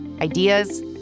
ideas